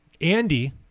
Andy